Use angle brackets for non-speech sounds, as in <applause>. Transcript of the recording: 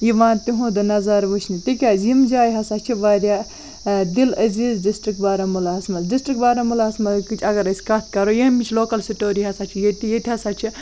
یِوان تِہُنٛد نظارٕ وٕچھنہِ تِکیٛازِ یِم جایہِ ہسا چھِ واریاہ دل عزیٖز ڈِسٹِرٛک بارہمولہس منٛز ڈِسٹِرٛک بارہمولہَس <unintelligible> اگر أسۍ کَتھ کَرَو ییٚمِچ لوکَل سِٹوری ہسا چھِ ییٚتہِ ییٚتہِ ہسا چھِ